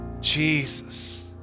Jesus